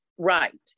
right